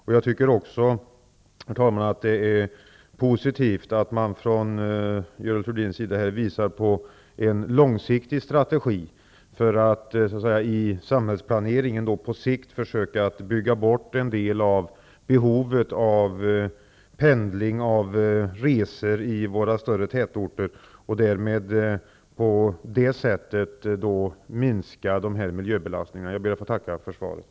Det är också positivt att Görel Thurdin visar på en långsiktig strategi för att i samhällsplaneringen på sikt försöka bygga bort en del av behovet av pendling och resor i våra större tätorter och därmed på detta sätt minska miljöbelastningen. Jag ber än en gång att få tacka för svaret.